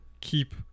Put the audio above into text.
keep